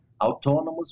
autonomous